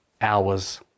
hours